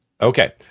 Okay